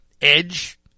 edge